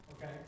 Okay